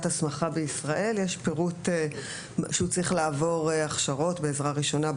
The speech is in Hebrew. הסמכה בישראל צריך לעבור: בעזרה ראשונה,